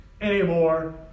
anymore